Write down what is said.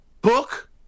book